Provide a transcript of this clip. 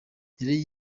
yari